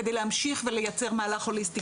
כדי להמשיך ולייצר מהלך הוליסטי,